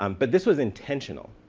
um but this was intentional.